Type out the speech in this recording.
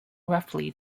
roughly